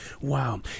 wow